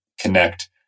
connect